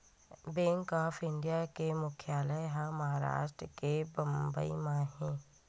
bank of India के मुख्यालय ह महारास्ट के बंबई म हे